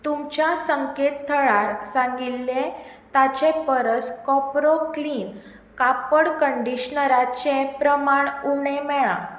तुमच्या संकेत थळार सांगिल्लें ताचे परस कोपरो क्लीन कापड कंडीशनराचें प्रमाण उणें मेळ्ळां